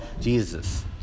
jesus